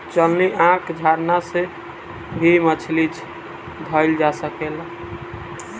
चलनी, आँखा, झरना से भी मछली धइल जा सकेला